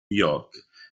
york